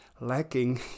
lacking